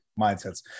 mindsets